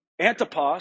Antipas